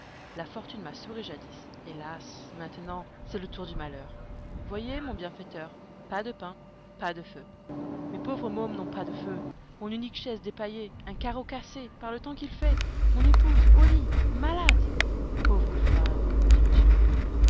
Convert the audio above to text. la fortune m'a souri jadis hélas maintenant c'est le tour du malheur voyez mon bienfaiteur pas de pain pas de feu mes pauvres mômes n'ont pas de feu mon unique chaise dépaillée un carreau cassé par le temps qu'il fait mon épouse au lit malade pauvre femme dit m leblanc